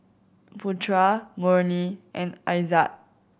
Putra Murni and Aizat